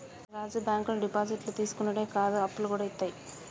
ఒరే రాజూ, బాంకులు డిపాజిట్లు తీసుకునుడే కాదు, అప్పులుగూడ ఇత్తయి